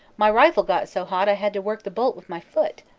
my rifle got so hot i had to work the bolt with my foot.